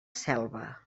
selva